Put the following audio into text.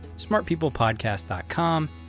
smartpeoplepodcast.com